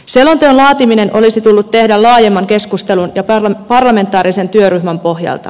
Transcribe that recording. selonteon laatiminen olisi tullut tehdä laajemman keskustelun ja parlamentaarisen työryhmän pohjalta